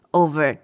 over